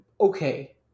Okay